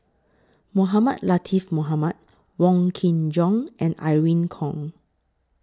Mohamed Latiff Mohamed Wong Kin Jong and Irene Khong